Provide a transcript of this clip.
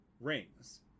rings